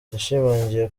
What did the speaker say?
yashimangiye